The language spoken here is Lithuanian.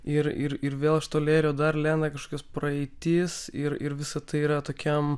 ir ir ir vėl iš to lėrio dar lenda kažkokios praeitis ir ir visa tai yra tokiam